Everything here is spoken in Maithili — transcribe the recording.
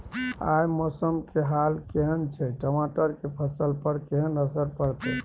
आय मौसम के हाल केहन छै टमाटर के फसल पर केहन असर परतै?